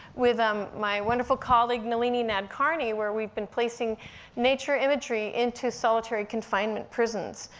with um my wonderful colleague, nalini nadkarni, where we've been placing nature imagery into solitary confinement prisons,